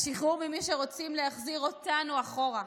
השחרור ממי שרוצים להחזיר אותנו אחורה,